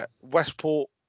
Westport